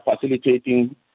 facilitating